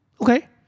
okay